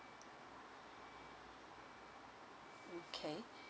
okay